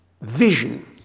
vision